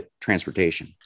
transportation